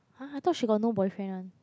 !huh! I thought she got no boyfriend one